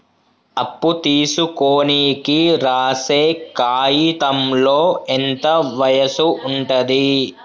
అప్పు తీసుకోనికి రాసే కాయితంలో ఎంత వయసు ఉంటది?